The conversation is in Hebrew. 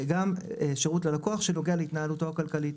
וגם שירות ללקוח שנוגע להתנהלותו הכלכלית.